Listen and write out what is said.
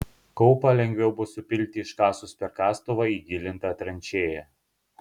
kaupą lengviau bus supilti iškasus per kastuvą įgilintą tranšėją